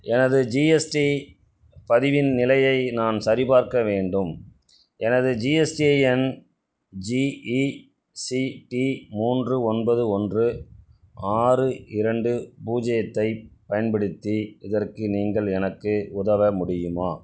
எனது ஜிஎஸ்டி பதிவின் நிலையை நான் சரிபார்க்க வேண்டும் எனது GSTIN G E C D மூன்று ஒன்பது ஒன்று ஆறு இரண்டு பூஜ்ஜியத்தைப் பயன்படுத்தி இதற்கு நீங்கள் எனக்கு உதவ முடியுமா